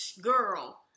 girl